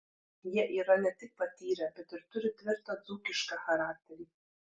jie yra ne tik patyrę bet ir turi tvirtą dzūkišką charakterį